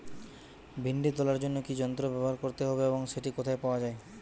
ভিন্ডি তোলার জন্য কি যন্ত্র ব্যবহার করতে হবে এবং সেটি কোথায় পাওয়া যায়?